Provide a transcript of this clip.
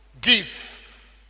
Give